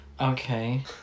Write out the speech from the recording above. Okay